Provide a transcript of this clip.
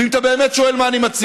ואם אתה באמת שואל מה אני מציע,